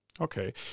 Okay